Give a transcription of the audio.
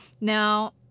Now